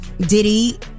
Diddy